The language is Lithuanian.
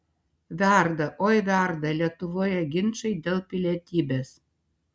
verda oi verda lietuvoje ginčai dėl pilietybės